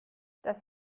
das